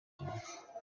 cyane